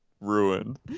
ruined